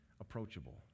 approachable